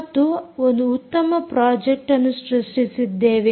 ಮತ್ತು ಒಂದು ಉತ್ತಮ ಪ್ರಾಜೆಕ್ಟ್ಅನ್ನು ಸೃಷ್ಟಿಸಿದ್ದೇವೆ